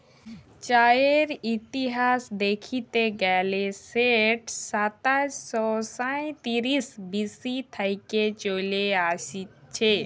চাঁয়ের ইতিহাস দ্যাইখতে গ্যালে সেট সাতাশ শ সাঁইতিরিশ বি.সি থ্যাইকে চলে আইসছে